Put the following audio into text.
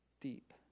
deep